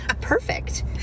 perfect